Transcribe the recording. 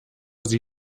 sie